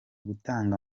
gutanga